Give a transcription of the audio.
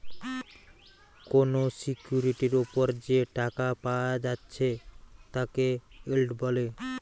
কোনো সিকিউরিটির উপর যে টাকা পায়া যাচ্ছে তাকে ইল্ড বলে